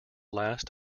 last